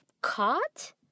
caught